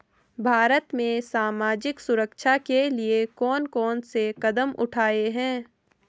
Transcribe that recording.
भारत में सामाजिक सुरक्षा के लिए कौन कौन से कदम उठाये हैं?